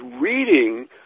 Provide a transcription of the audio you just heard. reading